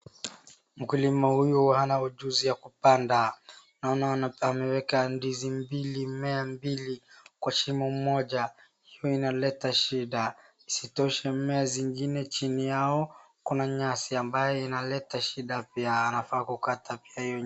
Mkulima huyu ana ujuzi ya kupanda. Naona ameweka ndizi mbili, mimea mbili kwa shimo moja, hio inaleta shida. Isitoshe, mimea zingine chini yao, kuna nyasi ambayo inaleta shida pia, anafaa kukata pia hio nyasi.